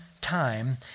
time